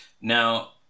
Now